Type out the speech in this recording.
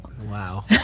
Wow